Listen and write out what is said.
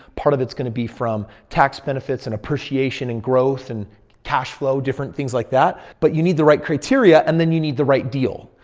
part of it's going to be from tax benefits and appreciation and growth and cash flow different things like that. but you need the right criteria and then you need the right deal.